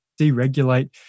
deregulate